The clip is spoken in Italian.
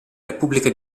repubblica